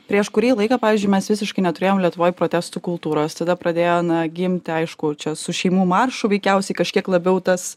prieš kurį laiką pavyzdžiui mes visiškai neturėjom lietuvoj protestų kultūros tada pradėjo na gimti aišku čia su šeimų maršu veikiausiai kažkiek labiau tas